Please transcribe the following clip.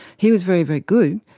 he was very, very good.